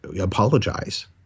apologize